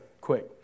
quick